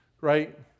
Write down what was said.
right